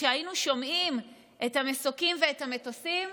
כשהיינו שומעים את המסוקים ואת המטוסים,